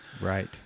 Right